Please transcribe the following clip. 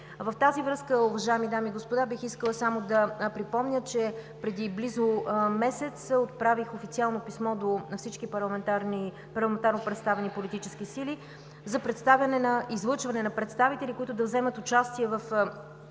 В тази връзка, уважаеми дами и господа, бих искала само да припомня, че преди близо месец отправих официално писмо до всички парламентарно представени политически сили за излъчване на представители, които да вземат участие в